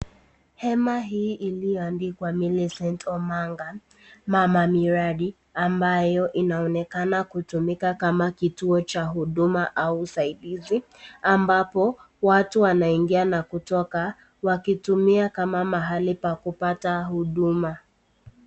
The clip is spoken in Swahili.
Hema hii iliyo andikwa Millicent Omanga, mama miradi, ambayo inaonekana kutumika kama kituo cha huduma ama usaidizi, ambapo watu wanaingia na kutoka wakitumia kama mahali pa kupata huduma.